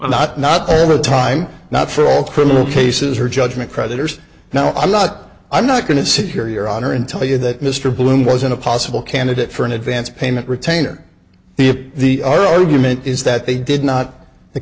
not not all the time not for all criminal cases or judgment creditor's now i'm not i'm not going to secure your honor and tell you that mr bloom wasn't a possible candidate for an advance payment retainer if the argument is that they did not the